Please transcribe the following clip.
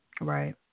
Right